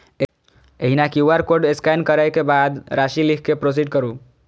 एहिना QR code scan करै के बाद राशि लिख कें प्रोसीड करू